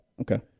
Okay